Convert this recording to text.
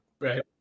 right